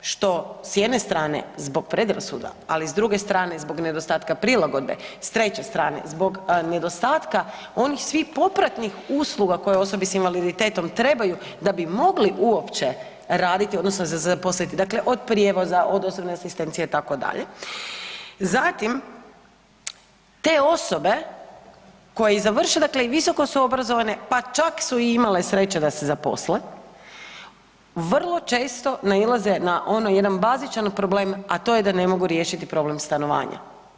što s jedne strane zbog predrasuda, ali s druge strane zbog nedostatka prilagodbe, s treće strane zbog nedostatka onih svih popratnih usluga koje osobi s invaliditetom trebaju da bi mogli uopće raditi odnosno zaposliti dakle od prijevoza, od osobne asistencije itd. zatim te osobe koje završe i visoko su obrazovane pa čak su imale sreće da se zaposle vrlo često nailaze na ono jedan bazičan problem, a to je da ne mogu riješiti problem stanovanja.